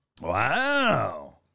wow